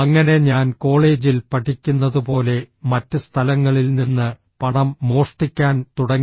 അങ്ങനെ ഞാൻ കോളേജിൽ പഠിക്കുന്നതുപോലെ മറ്റ് സ്ഥലങ്ങളിൽ നിന്ന് പണം മോഷ്ടിക്കാൻ തുടങ്ങി